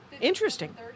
Interesting